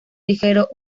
ligero